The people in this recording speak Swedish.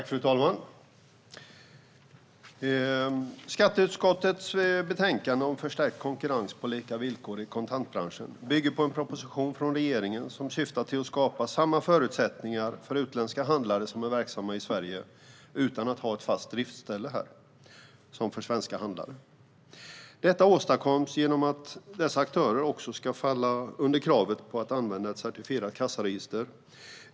Fru talman! Skatteutskottets betänkande om förstärkt konkurrens på lika villkor i kontantbranschen bygger på en proposition från regeringen som syftar till att skapa samma förutsättningar för utländska handlare som är verksamma i Sverige, utan att ha ett fast driftställe här, som för svenska handlare. Detta åstadkommes genom att dessa aktörer också ska omfattas av kravet på att använda ett certifierat kassaregister.